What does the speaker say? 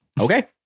okay